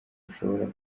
ushobora